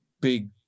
big